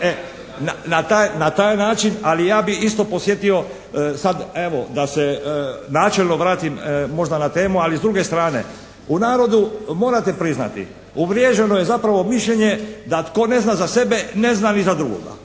na taj način ali ja bi isto podsjetio evo da se načelno vratim na temu ali s druge strane. U narodu morate priznati, uvrijeđeno je zapravo mišljenje da tko ne zna za sebe ne zna ni za drugoga.